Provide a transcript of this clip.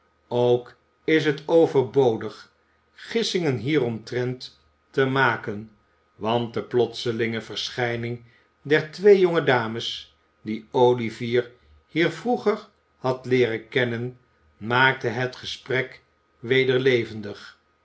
ook is het overbodig gissingen hieromtrent te maken want de plotselinge verschijning der twee jonge dames die olivier hier vroeger had ieeren kennen maakte het gesprek weder levendig